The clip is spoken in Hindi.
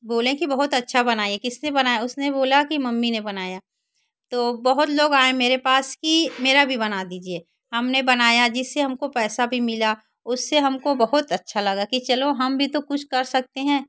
बोलें की बहुत अच्छा बनाए किसने बनाया उसने बोला की मम्मी ने बनाया तो बहुत लोग आए मेरे पास की मेरा भी बना दीजिए हमने बनाया जिससे हमको पैसा भी मिला उससे हमको बहुत अच्छा लगा की चलो हम भी तो कुछ कर सकते हैं